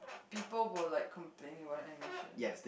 people were like complaining about the animation